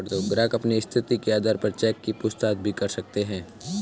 ग्राहक अपनी स्थिति के आधार पर चेक की पूछताछ भी कर सकते हैं